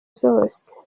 zose